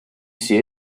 see